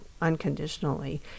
unconditionally